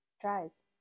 Tries